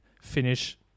finish